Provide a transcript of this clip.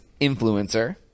influencer